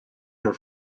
her